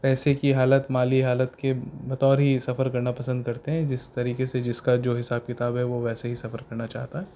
پیسے کی حالت مالی حالت کے بطور ہی سفر کرنا پسند کرتے ہیں جس طریقے سے جس کا جو حساب کتاب ہے وہ ویسے ہی سفر کرنا چاہتا ہے